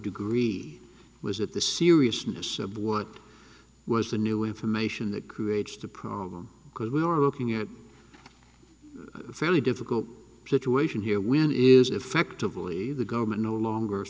degree was it the seriousness of what was the new information that creates the problem because we are looking at fairly difficult situation here when it is effectively the government no